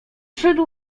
szedł